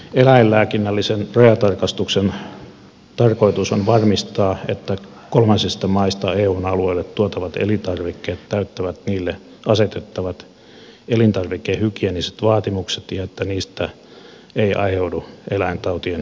eläinlääkinnällisen rajatarkastuksen tarkoitus on varmistaa että kolmansista maista eun alueelle tuotavat elintarvikkeet täyttävät niille asetettavat elintarvikehygieeniset vaatimukset ja että niistä ei aiheudu eläintautien leviämisen vaaraa